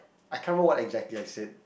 I can't remember what exactly I said